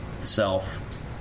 self